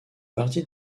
partie